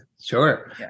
sure